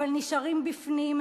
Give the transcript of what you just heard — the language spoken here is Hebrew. אבל נשארים בפנים,